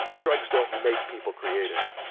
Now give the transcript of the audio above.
drugs don't make people creative.